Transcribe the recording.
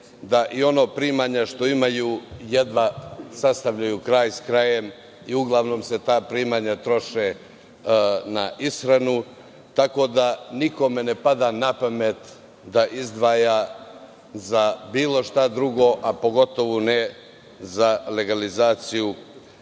ona primanja što imaju jedva sastavljaju kraj s krajem i uglavnom se ta primanja troše na ishranu, tako da nikome ne pada napamet da izdvaja za bilo šta drugo, a pogotovo ne za legalizaciju